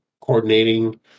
coordinating